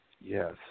Yes